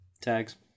Tags